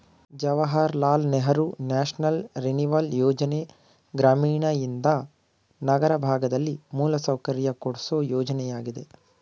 Jawahar Lal Nehru national renewal ಯೋಜನೆ ಗ್ರಾಮೀಣಯಿಂದ ನಗರ ಭಾಗದಲ್ಲಿ ಮೂಲಸೌಕರ್ಯ ಕೊಡ್ಸು ಯೋಜನೆಯಾಗಿದೆ